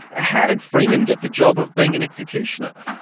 ah how did freeman get the job of being an executioner?